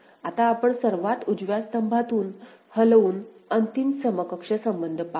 आता आपण सर्वात उजव्या स्तंभातून हलवून अंतिम समकक्ष संबंध पाहू